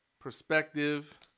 perspective